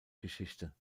geschichte